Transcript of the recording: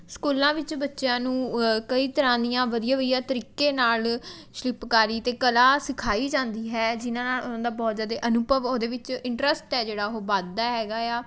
ਸਕੂਲਾਂ ਵਿੱਚ ਬੱਚਿਆਂ ਨੂੰ ਕਈ ਤਰ੍ਹਾਂ ਦੀਆਂ ਵਧੀਆ ਵਧੀਆ ਤਰੀਕੇ ਨਾਲ਼ ਸ਼ਿਲਪਕਾਰੀ ਅਤੇ ਕਲਾ ਸਿਖਾਈ ਜਾਂਦੀ ਹੈ ਜਿਹਨਾਂ ਨਾਲ਼ ਉਨ੍ਹਾਂ ਦਾ ਬਹੁਤ ਜ਼ਿਆਦੇ ਅਨੁਭਵ ਉਹਦੇ ਵਿੱਚ ਇੰਟਰਸਟ ਹੈ ਜਿਹੜਾ ਉਹ ਵੱਧਦਾ ਹੈਗਾ ਆ